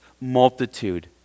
multitude